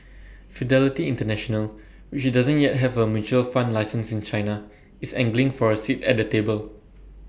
fidelity International which doesn't yet have A mutual fund license in China is angling for A seat at the table